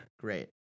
Great